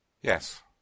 Yes